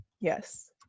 yes